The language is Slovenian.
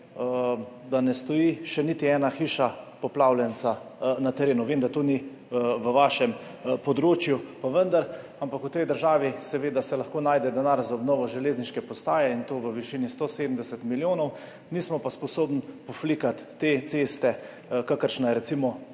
da ne stoji še niti ena hiša poplavljenca na terenu. Vem, da to ni vaše področje, ampak v tej državi seveda se lahko najde denar za obnovo železniške postaje, in to v višini 170 milijonov, nismo pa sposobni pokrpati te ceste, kakršna je recimo